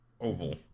oval